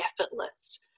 effortless